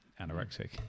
anorexic